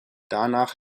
danach